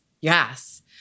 Yes